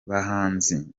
bahanzi